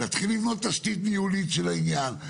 להתחיל לבנות תשתית ניהולית של העניין,